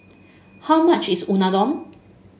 how much is Unadon